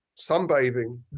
Sunbathing